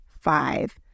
five